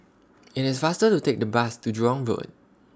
IT IS faster to Take The Bus to Jurong Road